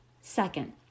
Second